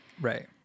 right